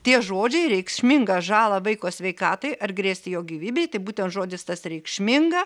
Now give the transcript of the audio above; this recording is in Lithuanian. tie žodžiai reikšmingą žalą vaiko sveikatai ar grėsti jo gyvybei tai būtent žodis tas reikšminga